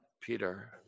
Peter